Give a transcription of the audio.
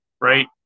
right